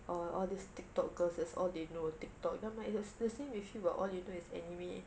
oh all these tiktok girls that's all they know tiktok then I'm like it's the same with you [what] all you know is anime